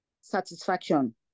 satisfaction